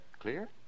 clear